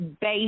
base